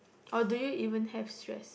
or do you even have stress